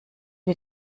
wie